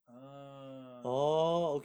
ah